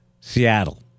Seattle